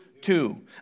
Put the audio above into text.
Two